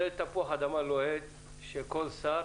זה תפוח אדמה לוהט שכל שר